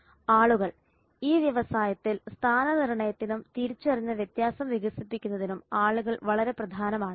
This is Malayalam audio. ആളുകൾ ഈ വ്യവസായത്തിൽ സ്ഥാനനിർണ്ണയത്തിനും തിരിച്ചറിഞ്ഞ വ്യത്യാസം വികസിപ്പിക്കുന്നതിനും ആളുകൾ വളരെ പ്രധാനമാണ്